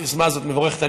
היוזמה הזאת מבורכת.